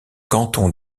canton